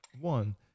One